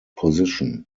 position